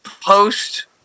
post